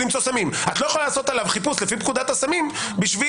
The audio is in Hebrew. את לא יכולה לעשות עליו חיפוש לפי פקודת הסמים כדי